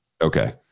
Okay